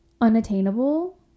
unattainable